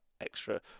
extra